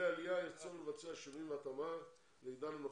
עלייה יש צורך לבצע שינויים והתאמה לעידן הנוכחי.